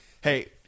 Hey